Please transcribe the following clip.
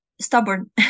stubborn